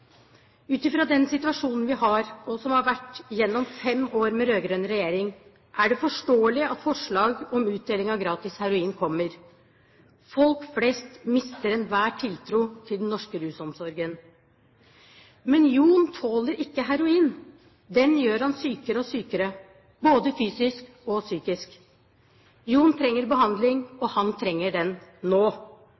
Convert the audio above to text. Ut fra den situasjonen vi har i dag, og slik det har vært gjennom fem år med rød-grønn regjering, er det forståelig at forslag om utdeling av gratis heroin kommer. Folk flest mister enhver tiltro til den norske rusomsorgen. Men Jon tåler ikke heroin. Den gjør ham sykere og sykere, både fysisk og psykisk. Jon trenger behandling, og